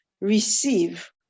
receive